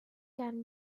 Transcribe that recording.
can